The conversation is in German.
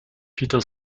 peter